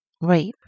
Right